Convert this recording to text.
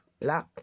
Black